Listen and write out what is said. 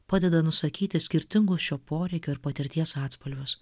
padeda nusakyti skirtingus šio poreikio ir patirties atspalvius